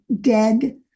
dead